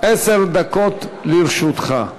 עשר דקות לרשותך.